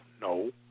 No